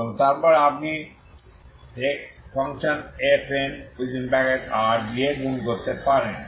এবং তারপর আপনি এই Fnrদিয়ে গুণ করতে পারেন